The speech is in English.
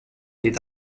did